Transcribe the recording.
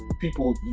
people